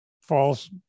false